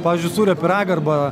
pavyzdžiui sūrio pyragą arba